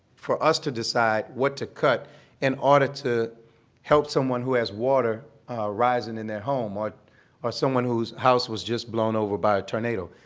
for us to decide what to cut in order to help someone who has water rising in their home or someone whose house was just blown over by a tornado.